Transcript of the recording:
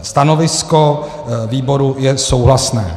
Stanovisko výboru je souhlasné.